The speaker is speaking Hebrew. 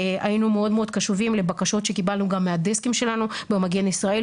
היינו מאוד מאוד קשובים לבקשות שקיבלנו גם מהדסקים שלנו כמו במגן ישראל,